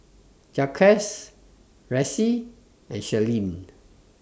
Jaquez Ressie and Shirlene